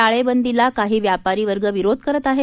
टाळेबंदीला काही व्यापारी वर्ग विरोध करत आहे